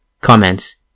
Comments